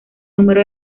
número